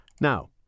Now